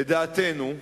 לדעתנו,